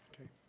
Okay